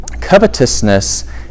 covetousness